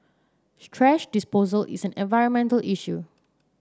thrash disposal is an environmental issue